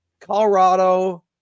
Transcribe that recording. Colorado